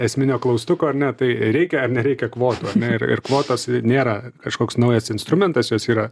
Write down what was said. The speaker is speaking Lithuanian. esminio klaustuko ar ne tai reikia ar nereikia kvotų ir ir kvotos nėra kažkoks naujas instrumentas jos yra